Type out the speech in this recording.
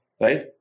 right